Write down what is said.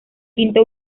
quinta